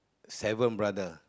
seven brother